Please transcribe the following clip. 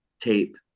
tape